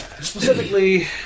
Specifically